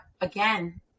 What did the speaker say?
again